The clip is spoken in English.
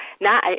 now